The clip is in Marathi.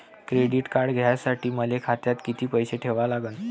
क्रेडिट कार्ड घ्यासाठी मले खात्यात किती पैसे ठेवा लागन?